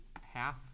half